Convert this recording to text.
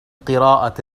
قراءة